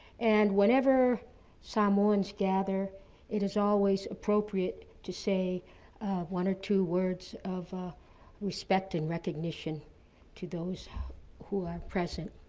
and whenever samoans gather it is always appropriate to say one or two words of ah respect and recognition to those who are present.